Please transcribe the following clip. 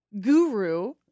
guru